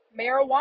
marijuana